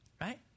right